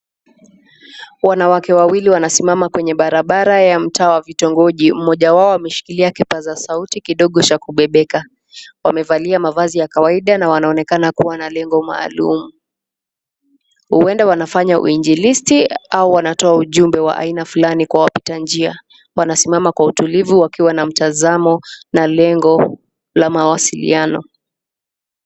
Wanawake wawili wanasimama kwenye barabara wa mtaa wa vitongoji, mmoja wao ameshikilia kipaza sauti kidogo cha kubebeka. Wamevalia mavazi ya kawaida na wanaonekana kuwa na lengo maalumu, huenda wanafanya uinjilisti au wanatoa ujumbe wa aina fulani kwa wapita njia. Wanasimama kwa utulivu wakiwa na mtazamo na lengo la mawasiliano.